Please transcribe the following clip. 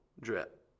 Drip